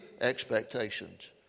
expectations